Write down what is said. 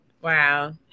wow